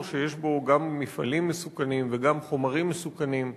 שיש בו גם מפעלים מסוכנים וגם חומרים מסוכנים.